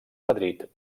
madrid